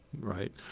right